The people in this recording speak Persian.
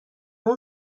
اون